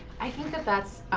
i think that that's